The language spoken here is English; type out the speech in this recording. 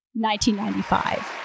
1995